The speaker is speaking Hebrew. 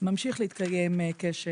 ממשיך להתקיים קשר.